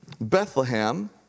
Bethlehem